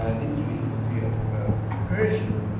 ah literary history of persia, and